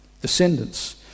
descendants